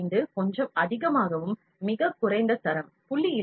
15 கொஞ்சம் அதிகமாகவும் மிகக் குறைந்த தரம் 0